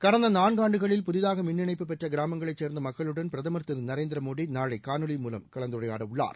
கடந்த நான்காண்டுகளில் புதிதாக மின் இணைப்பு பெற்ற கிராமங்களைச் சேர்ந்த மக்களுடன் பிரதமர் திரு நரேந்திரமோடி நாளை காணொலி மூலம் கலந்துரையாடவுள்ளார்